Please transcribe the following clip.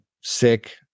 sick